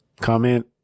comment